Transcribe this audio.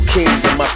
Kingdom